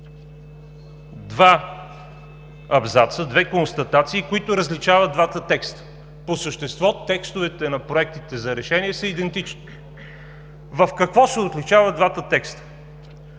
два абзаца, две констатации, които различават двата текста. По същество текстовете на проектите за решение са идентични. В какво обаче се различават двата текста?